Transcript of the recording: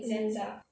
mmhmm